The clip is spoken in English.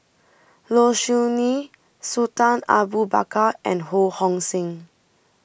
Low Siew Nghee Sultan Abu Bakar and Ho Hong Sing